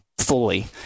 fully